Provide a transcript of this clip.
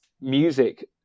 music